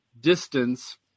distance